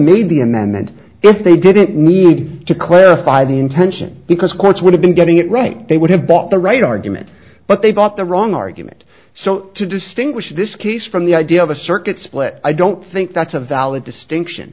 amendment if they didn't need to clarify the intention because the courts would have been getting it right they would have bought the right argument but they've got the wrong argument so to distinguish this case from the idea of a circuit split i don't think that's a valid distinction